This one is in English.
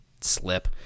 slip